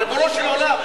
ריבונו של עולם,